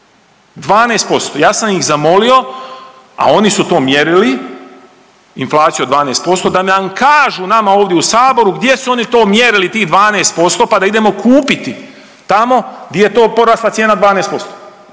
12%, ja sam ih zamolio a oni su to mjerili inflaciju od 12% da nam kažu, nama ovdje u Saboru gdje su oni to mjerili tih 12% pa da idemo kupiti tamo gdje je to porasla cijena 12%.